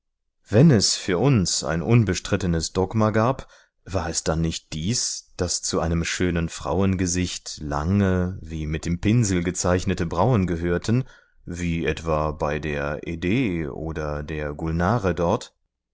wenn es für uns ein unbestrittenes dogma gab war es dann nicht dies daß zu einem schönen frauengesicht lange wie mit dem pinsel gezeichnete brauen gehörten wie bei der haide oder der gulnare dort